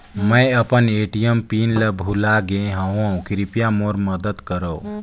मैं अपन ATM PIN ल भुला गे हवों, कृपया मोर मदद करव